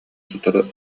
сотору